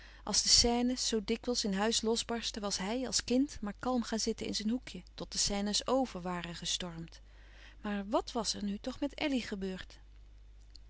als de scènes zoo dikwijls in huis losbarstten was hij als kind maar kalm gaan zitten in zijn hoekje tot de scènes over waren gestormd maar wàt was er nu toch met elly gebeurd